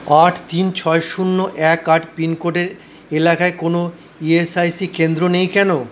আট তিন ছয় শূন্য এক আট পিনকোডের এলাকায় কোনও ই এস আই সি কেন্দ্র নেই কেন